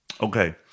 Okay